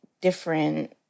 different